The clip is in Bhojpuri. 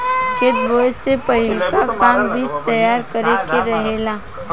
खेत बोए से पहिलका काम बीज तैयार करे के रहेला